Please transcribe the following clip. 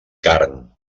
carn